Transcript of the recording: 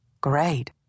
Great